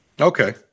Okay